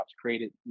created